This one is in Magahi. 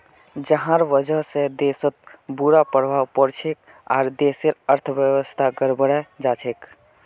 जहार वजह से देशत बुरा प्रभाव पोरछेक आर देशेर अर्थव्यवस्था गड़बड़ें जाछेक